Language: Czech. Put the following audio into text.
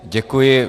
Děkuji.